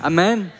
Amen